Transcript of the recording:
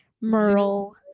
Merle